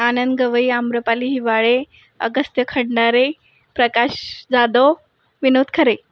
Anand Gawai Amrapali Hiwale Agastya Khandare Prakash Jadhav Vinod Khare